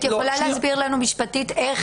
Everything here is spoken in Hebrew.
את יכולה להסביר לנו משפטית איך,